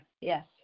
Yes